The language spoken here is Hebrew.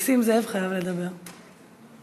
נסים זאב חייב לדבר, אחרת